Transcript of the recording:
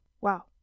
Wow